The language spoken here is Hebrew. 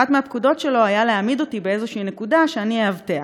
אחת מהפקודות שלו הייתה להעמיד אותי באיזו נקודה שאני אאבטח.